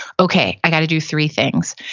okay, i got to do three things.